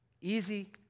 easy